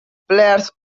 players